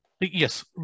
Yes